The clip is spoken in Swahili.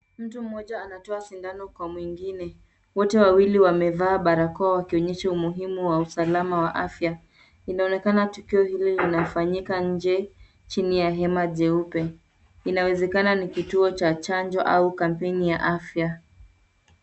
Mtu mmoja anatoa sindano kwa mwingine, wote wawili wamevaa barakoa wakionyesha umuhimu wa usalama wa afia. Inaonekana tukio hili linafanyika nje chini ya hema jeupe. Inawezekana ni kituo cha chanjo au kampeni ya afia.